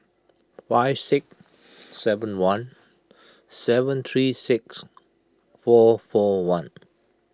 five six seven one seven three six four four one